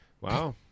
Wow